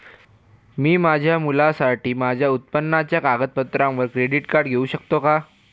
मी माझ्या मुलासाठी माझ्या उत्पन्नाच्या कागदपत्रांवर क्रेडिट कार्ड घेऊ शकतो का?